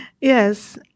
Yes